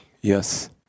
Yes